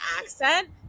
accent